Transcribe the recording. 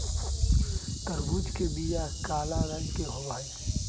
तरबूज के बीचा काला रंग के होबा हई